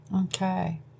Okay